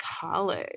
college